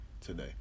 today